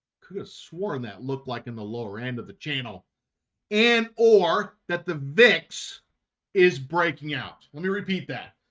could have sworn that look like in the lower end of the channel and or that the vix is breaking out let me repeat that